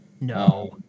no